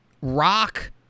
Rock